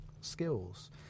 skills